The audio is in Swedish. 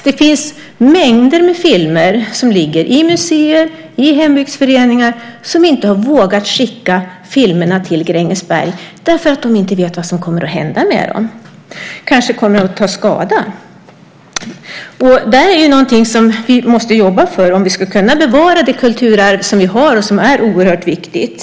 Det finns mängder med filmer som ligger i museer och i hembygdsföreningar. De har inte vågat skicka filmerna till Grängesberg för att de inte vet vad som kommer att hända med dem. Kanske kommer de att ta skada. Det är något som vi måste jobba för om vi ska kunna bevara det kulturarv som vi har och som är oerhört viktigt.